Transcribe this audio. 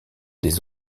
des